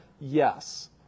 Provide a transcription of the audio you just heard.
Yes